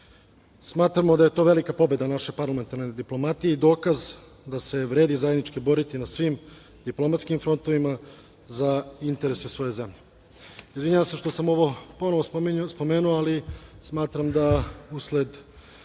Evrope. Smatramo da je to velika pobeda naše parlamentarne diplomatije i dokaz da se vredi zajednički boriti na svim diplomatskim frontovima za interese svoje zemlje. Izvinjavam se što sam ovo ponovo spomenuo, ali smatram da usled